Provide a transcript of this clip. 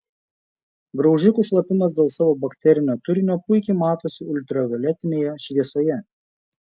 graužikų šlapimas dėl savo bakterinio turinio puikiai matosi ultravioletinėje šviesoje